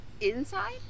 Inside